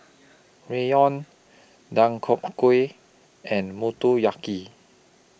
Ramyeon Deodeok Gui and Motoyaki